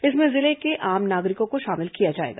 इसमें जिले के आम नागरिकों को शामिल किया जाएगा